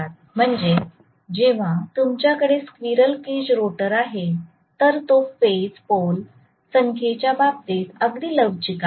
म्हणजे जेव्हा तुमच्याकडे स्क्विरल केज रोटर आहे तर तो फेज पोल संख्येच्या बाबतीत अगदी लवचिक आहे